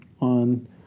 on